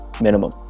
Minimum